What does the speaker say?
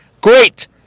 Great